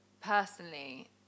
personally